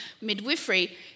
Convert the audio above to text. Midwifery